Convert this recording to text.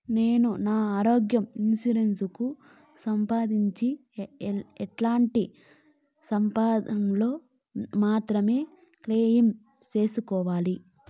నేను నా ఆరోగ్య ఇన్సూరెన్సు కు సంబంధించి ఎట్లాంటి సందర్భాల్లో మాత్రమే క్లెయిమ్ సేసుకోవాలి?